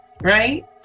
right